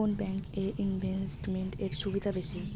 কোন ব্যাংক এ ইনভেস্টমেন্ট এর সুবিধা বেশি?